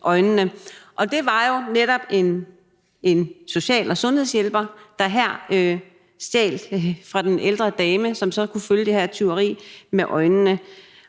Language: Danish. øjnene. Det var jo netop en social- og sundhedshjælper, der her stjal fra den ældre dame, som så kunne følge det her tyveri med øjnene.